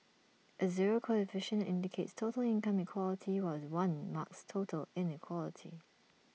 A zero coefficient indicates total income equality while one marks total inequality